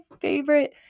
favorite